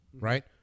right